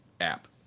app